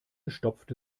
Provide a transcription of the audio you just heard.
stopfte